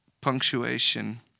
punctuation